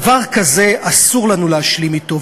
דבר כזה, אסור לנו להשלים אתו.